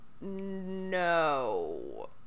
No